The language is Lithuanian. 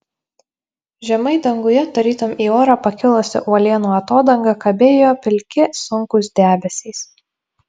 žemai danguje tarytum į orą pakilusi uolienų atodanga kabėjo pilki sunkūs debesys